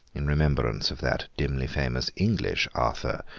in remembrance of that dimly-famous english arthur,